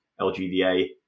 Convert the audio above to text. LGDA